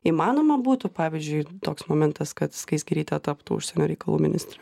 įmanoma būtų pavyzdžiui toks momentas kad skaisgirytė taptų užsienio reikalų ministre